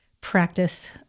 Practice